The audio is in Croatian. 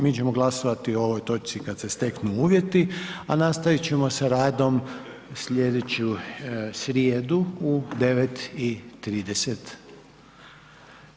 Mi ćemo glasovati o ovoj točci kad se steknu uvjeti, a nastavit ćemo sa radom slijedeću srijedu u 9,30.